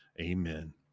Amen